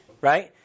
right